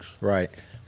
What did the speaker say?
Right